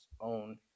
own